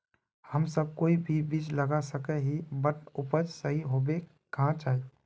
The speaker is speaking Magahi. हम सब कोई भी बीज लगा सके ही है बट उपज सही होबे क्याँ चाहिए?